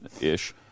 ish